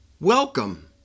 welcome